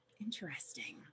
Interesting